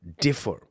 differ